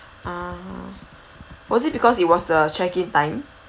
ah was it because it was the check-in time